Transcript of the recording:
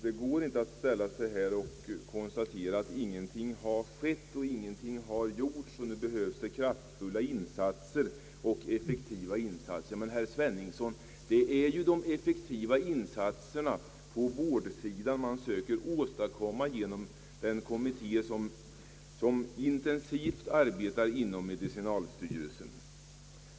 Det går inte att ställa sig här och konstatera att ingenting har skett och ingenting har gjorts och att det nu behövs kraftfulla och effektiva insatser. Men, herr Sveningsson, det är ju de effektiva insatserna på vårdsidan man söker åstadkomma genom den kommitté som intensivt arbetar inom medicinalstyrelsen.